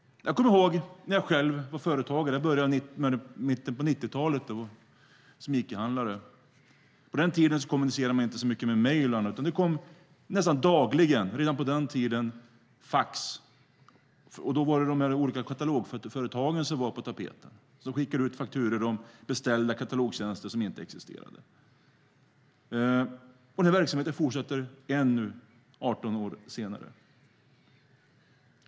Jag kommer ihåg när jag själv var företagare. Jag började i mitten på 90-talet som Icahandlare. På den tiden kommunicerade man inte så mycket via mejl, utan det kom nästan dagligen fax. Då var det de här olika katalogföretagen som var på tapeten. De skickade ut fakturor på beställda katalogtjänster som inte existerade. Den verksamheten fortsätter än, 18 år senare.